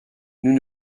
nous